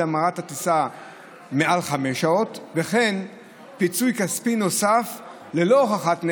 המראת הטיסה מעל חמש שעות וכן פיצוי כספי נוסף ללא הוכחת נזק,